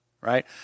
right